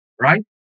Right